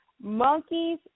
monkeys